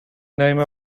name